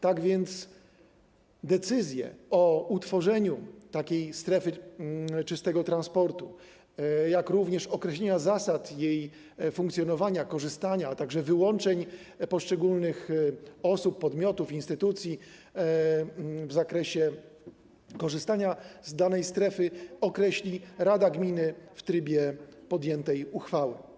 Tak więc decyzje o utworzeniu strefy czystego transportu, jak również określeniu zasad jej funkcjonowania, korzystania z niej, a także wyłączeń poszczególnych osób, podmiotów, instytucji w zakresie korzystania z danej strefy podejmuje rada gminy w trybie podjętej uchwały.